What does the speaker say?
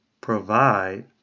provide